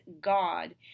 God